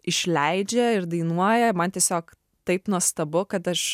išleidžia ir dainuoja man tiesiog taip nuostabu kad aš